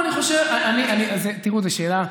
כמה זמן, תראו, אני חושב שזו שאלה,